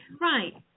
Right